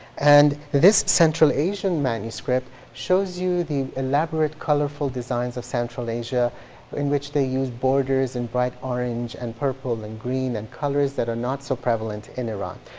and this central asian manuscript shows you the elaborate colorful designs of central asia in which they use borders and bright orange and purple and green and colors that are not so prevalent in iran.